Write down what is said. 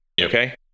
okay